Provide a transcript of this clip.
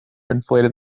inflated